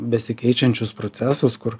besikeičiančius procesus kur